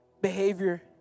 behavior